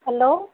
hello